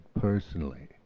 personally